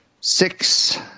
Six